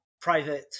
private